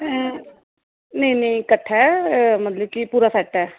ऐं नेईं नेईं कट्ठा ऐ मतलब कि पूरा सेट ऐ